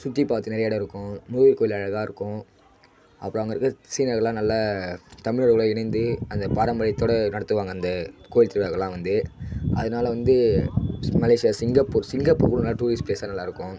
சுற்றிபாக்க நிறைய இடம் இருக்கும் முருகர் கோவில் அழகாக இருக்கும் அப்புறம் அங்கே இருக்கிற சீனர்களெலாம் நல்ல தமிழர்களோடு இணைந்து அந்த பாரம்பரியத்தோடு நடத்துவாங்க அந்த கோயில் திருவிழாக்களெலாம் வந்து அதனால வந்து மலேசியா சிங்கப்பூர் சிங்கப்பூர் கூட நல்லா டூரிஸ்ட் ப்ளேஸாக நல்லா இருக்கும்